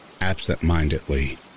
absentmindedly